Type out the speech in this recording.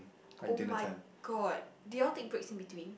oh my god did you all take breaks in between